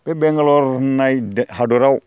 बे बेंगालर होननाय हादोराव